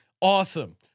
Awesome